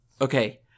Okay